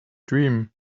dream